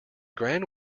gran